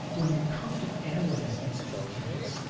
when you come to analyze these two points,